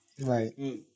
Right